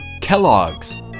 Kellogg's